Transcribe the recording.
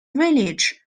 village